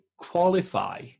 Qualify